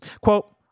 Quote